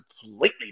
completely